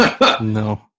No